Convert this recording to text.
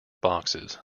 boxes